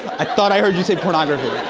i thought i heard you say pornography.